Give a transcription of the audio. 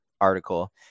article